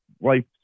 life